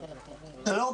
שלום,